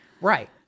Right